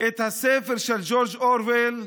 את הספר של ג'ורג' אורוול,